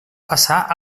passar